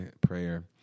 prayer